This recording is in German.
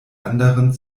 anderen